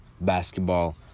basketball